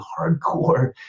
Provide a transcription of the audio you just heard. hardcore